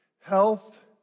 Health